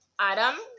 Adam